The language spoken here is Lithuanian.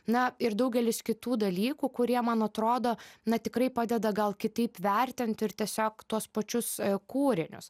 na ir daugelis kitų dalykų kurie man atrodo na tikrai padeda gal kitaip vertint ir tiesiog tuos pačius kūrinius